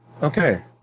Okay